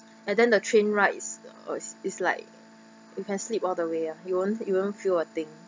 and then the train rides uh is like you can sleep all the way ah you won't you won't feel a thing